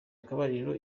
akabariro